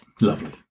Lovely